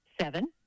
Seven